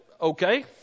okay